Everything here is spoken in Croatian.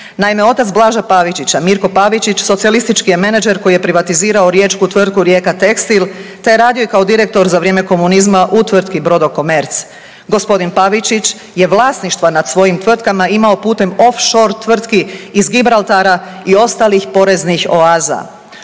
Naime, otac Blaža Pavičića, Mirko Pavičić socijalistički je menadžer koji je privatizirao riječku tvrtku Rijeka-tekstil te je radio i kao direktor za vrijeme komunizma u tvrtku Brodokomerc. Gospodin Pavičić je vlasništva nad svojim tvrtkama imao putem off-shore tvrtki iz Gibraltara i ostalih poreznih oaza.